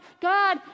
God